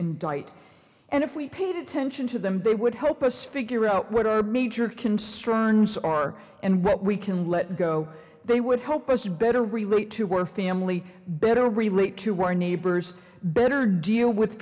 indict and if we paid attention to them they would help us figure out what our major concerns are and what we can let go they would help us better relate to work family better relate to our neighbors better deal with